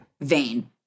vain